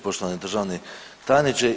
Poštovani državni tajniče.